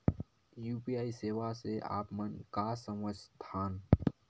UPI सेवा से आप मन का समझ थान?